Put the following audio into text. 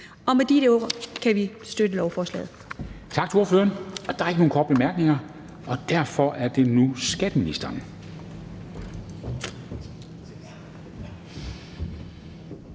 Med de ord kan vi støtte lovforslaget.